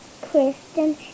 Kristen